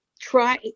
try